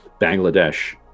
Bangladesh